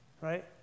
right